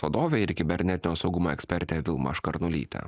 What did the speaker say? vadovė ir kibernetinio saugumo ekspertė vilma škarnulytė